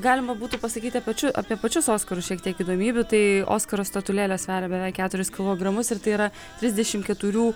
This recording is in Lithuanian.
galima būtų pasakyti apačiu apie pačius oskarus šiek tiek įdomybių tai oskaro statulėlė sveria beveik keturis kilogramus ir tai yra trisdešimt keturių